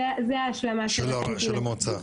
זו השלמה של --- של המועצה.